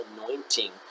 anointing